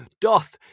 Doth